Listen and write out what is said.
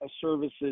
services